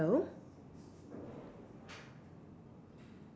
hello